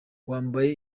wambaye